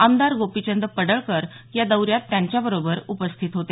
आमदार गोपीचंद पडळकर या दौऱ्यात त्यांच्याबरोबर उपस्थित होते